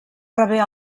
rebé